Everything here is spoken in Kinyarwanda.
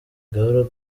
gahoro